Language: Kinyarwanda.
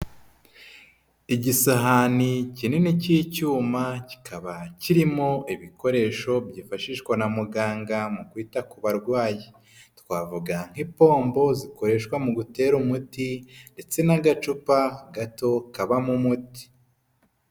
Igisahani kinini cy'icyuma, kikaba kirimo ibikoresho byifashishwa na muganga mu wita ku barwayi. Twavuga nk'ipombo zikoreshwa mu gutera umuti, ndetse n'agacupa gato kabamo umuti.